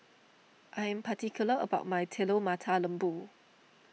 I am particular about my Telur Mata Lembu